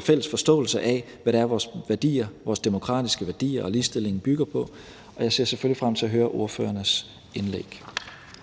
fælles forståelse af, hvad det er, vores demokratiske værdier og ligestilling bygger på, og jeg ser selvfølgelig frem til at høre ordførernes indlæg.